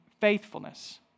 faithfulness